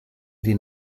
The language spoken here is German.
den